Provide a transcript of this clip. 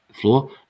floor